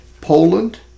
Poland